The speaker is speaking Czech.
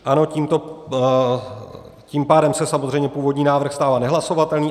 Ano, tím pádem se samozřejmě původní návrh stává nehlasovatelný.